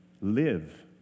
Live